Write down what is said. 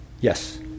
Yes